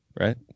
Right